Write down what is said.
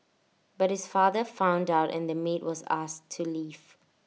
but his father found out and the maid was asked to leave